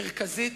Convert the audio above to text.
מרכזית,